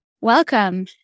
welcome